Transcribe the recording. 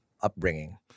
upbringing